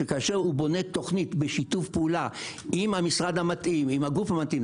וכאשר הוא בונה תוכנית בשיתוף פעולה עם המשרד המתאים או הגוף המתאים,